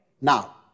Now